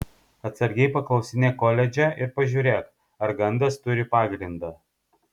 atsargiai paklausinėk koledže ir pažiūrėk ar gandas turi pagrindą